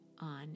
on